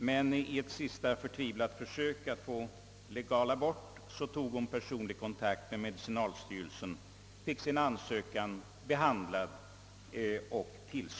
Men i ett sista förtvivlat försök att få legal abort tog hon själv kontakt med medicinalstyrelsen. Hon fick sin ansökan behandlad och bifallen.